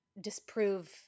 disprove